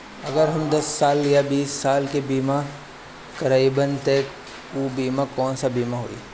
अगर हम दस साल या बिस साल के बिमा करबइम त ऊ बिमा कौन सा बिमा होई?